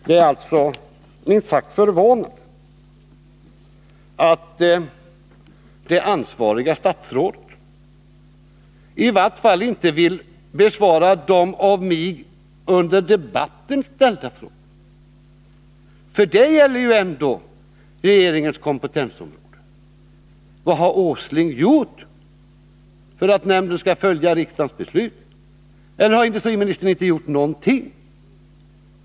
Det är alltså minst sagt förvånande att det ansvariga statsrådet i vart fall inte vill besvara de av mig under debatten ställda frågorna, för de gäller ju ändå regeringens kompetensområde. Vad har herr Åsling gjort för att nämnden skall följa riksdagens beslut? Har industriministern inte gjort någonting?